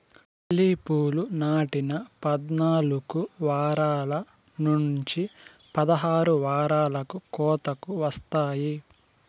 lily పూలు నాటిన పద్నాలుకు వారాల నుంచి పదహారు వారాలకు కోతకు వస్తాయి